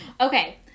Okay